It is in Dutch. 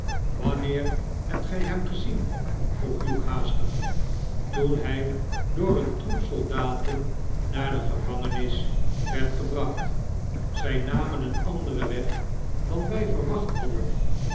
wanneer hebt gij hem gezien vroeg hugh haastig toen hij door een troep soldaten naar de gevangenis werd gebracht zij namen een anderen weg dan wij verwacht hadden